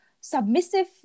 submissive